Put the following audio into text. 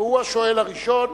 והוא השואל הראשון.